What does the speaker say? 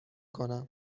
کنم